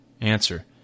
Answer